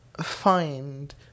find